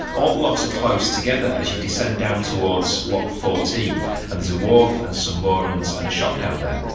all the locks are close together as you descend down towards lock fourteen and there's a wharf and some moorings and a shop down there.